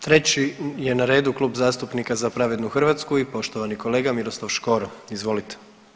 Treći je na redu Klub zastupnika Za pravednu Hrvatsku i poštovani kolega Miroslav Škoro, izvolite.